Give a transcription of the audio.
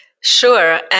Sure